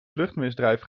vluchtmisdrijf